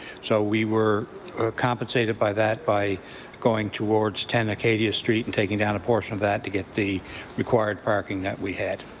so we were compensated by that by going towards ten acadia street and taking down a portion of that to get the required parking that we had.